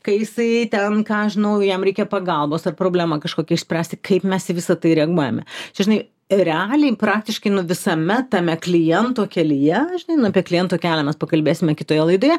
kai jisai ten ką aš žinau jam reikia pagalbos ar problemą kažkokią išspręsti kaip mes į visa tai reaguojame čia žinai realiai praktiškai visame tame kliento kelyje žinai nu apie kliento kelią mes pakalbėsime kitoje laidoje